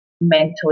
mentally